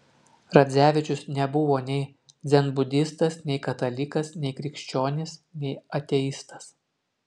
radzevičius nebuvo nei dzenbudistas nei katalikas nei krikščionis nei ateistas